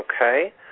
Okay